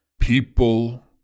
People